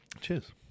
Cheers